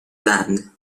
land